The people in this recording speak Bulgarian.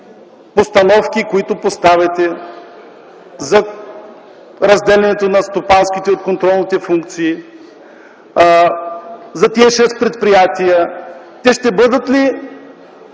постановките, които предлагате за разделянето на стопанските от контролните функции, за тези шест предприятия, във вида, в